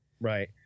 Right